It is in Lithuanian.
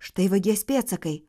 štai vagies pėdsakai